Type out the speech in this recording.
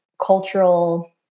cultural